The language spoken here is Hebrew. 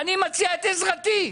אני מציע את עזרתי.